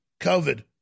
COVID